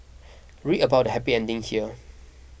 read about happy ending here